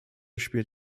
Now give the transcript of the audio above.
spielt